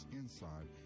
inside